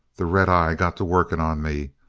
the red-eye got to working on me.